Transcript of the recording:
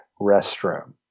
restroom